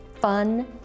fun